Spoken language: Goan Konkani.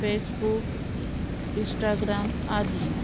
Facebook Instagram Aadi